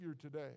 today